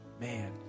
Man